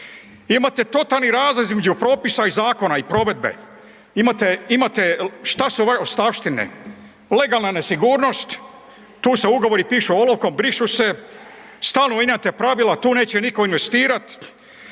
Imate totalni razlaz između propisa i zakona i provedbe. Šta su ove ostavštine? Legalna nesigurnost, tu se ugovori pišu olovkom, brišu se, stalno mijenjate pravila tu neće niko investirat.